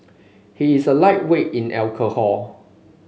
he is a lightweight in alcohol